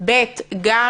זה דבר ראשון.